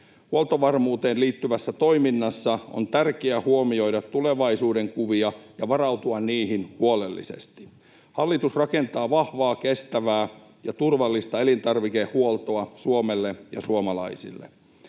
Huoltovarmuuteen liittyvässä toiminnassa on tärkeä huomioida tulevaisuudenkuvia ja varautua niihin huolellisesti. Hallitus rakentaa vahvaa, kestävää ja turvallista elintarvikehuoltoa Suomelle ja suomalaisille.